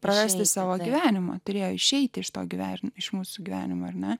prarasti savo gyvenimą turėjo išeiti iš to gyvenimo iš mūsų gyvenimo ir na